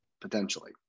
potentially